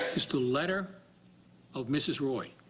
is the letter of mrs. roy